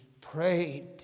prayed